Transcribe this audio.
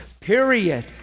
period